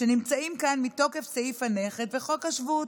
שנמצאים כאן מתוקף סעיף הנכד וחוק השבות.